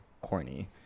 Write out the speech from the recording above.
corny